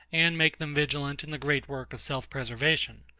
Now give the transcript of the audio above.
and make them vigilant in the great work of self-preservation.